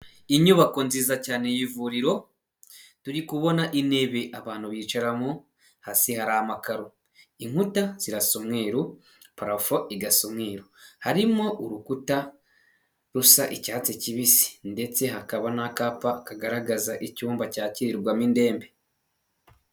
Inyubako nziza cyane y'ivuriro. Turi kubona intebe abantu bicaramo, hasi hari amakaro, inkuta zirasa umweru, parafo igasa umweru. Harimo urukuta rusa icyatsi kibisi, ndetse hakaba n'akapa kagaragaza icyumba cyakirirwamo indembe.